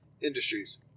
Industries